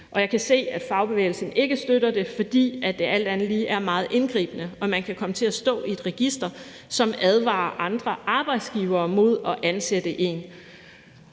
Jeg kan se, at fagbevægelsen ikke støtter det, fordi det alt andet lige er meget indgribende og man kan komme til at stå i et register, som advarer andre arbejdsgivere mod at ansætte en.